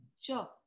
Sure